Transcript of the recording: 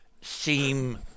seem